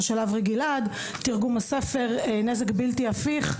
של אברי גלעד; תרגום הספר: "נזק בלתי הפיך",